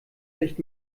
nicht